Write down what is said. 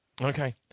Okay